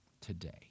today